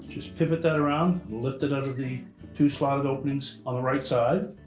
just pivot that around. lift it out of the two slotted openings on the right side.